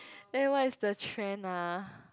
then what is the trend ah